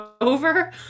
over